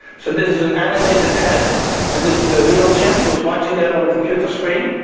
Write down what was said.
so this is an animated head and this is a real chimp who is watching that on a computer screen.